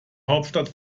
hauptstadt